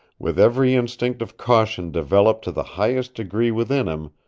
with every instinct of caution developed to the highest degree within him,